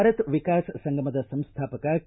ಭಾರತ ವಿಕಾಸ ಸಂಗಮದ ಸಂಸ್ವಾಪಕ ಕೆ